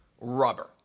Rubber